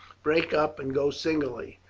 break up and go singly,